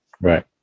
Right